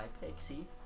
Pixie